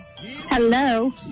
Hello